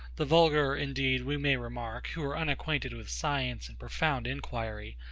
the vulgar, indeed, we may remark, who are unacquainted with science and profound inquiry,